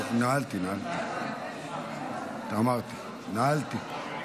נעלתי, נעלתי.